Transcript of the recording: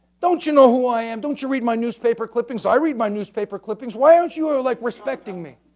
don't you know who i am? don't you read my newspaper clippings? i read my newspaper clippings. why aren't you like respecting me?